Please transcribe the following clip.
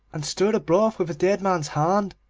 and stir the broth with a dead man's hand.